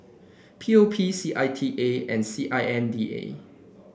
P O P C I T A and S I N D A